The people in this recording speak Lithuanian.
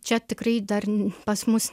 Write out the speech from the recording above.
čia tikrai dar pas mus